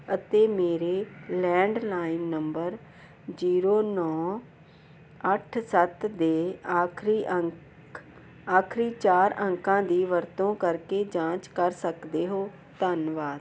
ਅਤੇ ਮੇਰੇ landline number zero ਨੌਂ ਅੱਠ ਸੱਤ ਦੇ ਆਖਰੀ ਅੰਕ ਆਖਰੀ ਚਾਰ ਅੰਕਾਂ ਦੀ ਵਰਤੋਂ ਕਰਕੇ ਜਾਂਚ ਕਰ ਸਕਦੇ ਹੋ ਧੰਨਵਾਦ